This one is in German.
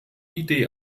idee